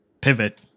pivot